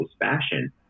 fashion